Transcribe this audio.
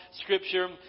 Scripture